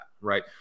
Right